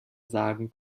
sagen